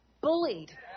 bullied